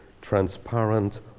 transparent